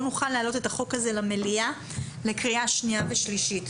נוכל להעלות את החוק הזה למליאה לקריאה שנייה ושלישית.